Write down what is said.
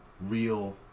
real